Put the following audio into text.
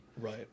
Right